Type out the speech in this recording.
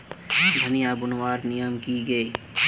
धनिया बूनवार नियम की गे?